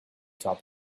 top